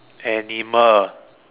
animal